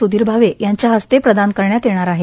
स्धीर भावे यांच्या हस्ते प्रदान करण्यात येणार आहे